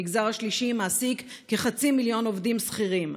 המגזר השלישי מעסיק כחצי מיליון עובדים שכירים,